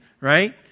right